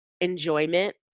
enjoyment